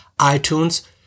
iTunes